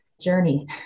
journey